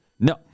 No